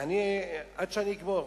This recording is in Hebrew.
עד שאני אגמור,